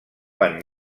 van